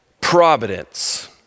providence